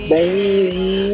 Baby